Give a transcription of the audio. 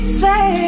say